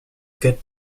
get